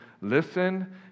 listen